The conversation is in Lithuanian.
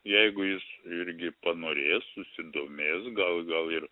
jeigu jis irgi panorės susidomės gal gal ir